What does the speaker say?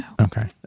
okay